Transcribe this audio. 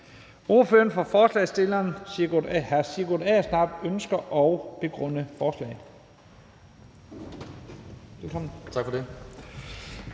Ordføreren for forslagsstillerne, hr. Sigurd Agersnap, ønsker at begrunde forslaget.